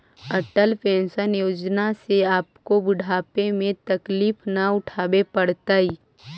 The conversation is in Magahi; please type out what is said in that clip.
अटल पेंशन योजना से आपको बुढ़ापे में तकलीफ न उठावे पड़तई